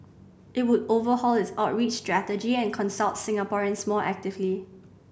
it would overhaul its outreach strategy and consult Singaporeans more actively